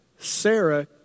Sarah